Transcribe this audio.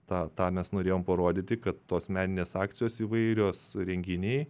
tą tą mes norėjom parodyti kad tos meninės akcijos įvairios renginiai